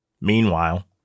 Meanwhile